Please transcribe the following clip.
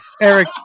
Eric